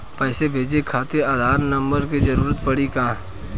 पैसे भेजे खातिर आधार नंबर के जरूरत पड़ी का?